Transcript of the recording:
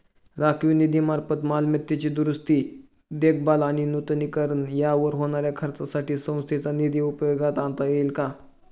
राखीव निधीमार्फत मालमत्तेची दुरुस्ती, देखभाल आणि नूतनीकरण यावर होणाऱ्या खर्चासाठी संस्थेचा निधी उपयोगात आणता येईल का?